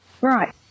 Right